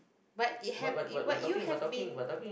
but it have it but you have been